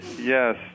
yes